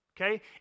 Okay